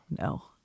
No